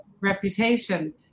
reputation